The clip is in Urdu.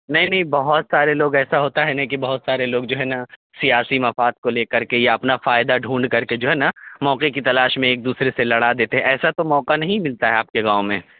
نہیں نہیں بہت سارے لوگ ایسا ہوتا ہے نہیں کہ بہت سارے لوگ جو ہے نا سیاسی مفاد کو لے کر کے یا اپنا فائدہ ڈھونڈ کر کے جو ہے نا موقعے کی تلاش میں ایک دوسرے سے لڑا دیتے ہیں ایسا تو موقع نہیں ملتا ہے آپ کے گاؤں میں